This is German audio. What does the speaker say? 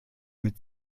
mit